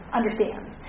understands